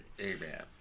Amen